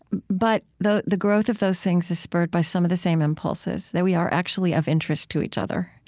but the the growth of those things is spurred by some of the same impulses, that we are actually of interest to each other.